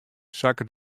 sakke